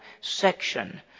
section